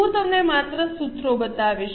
હું તમને માત્ર સૂત્રો બતાવીશ